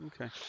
Okay